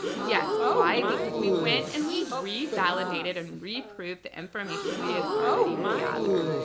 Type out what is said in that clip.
yes. why? because we went and we revalidated and reproved the information we had already gathered.